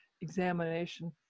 examination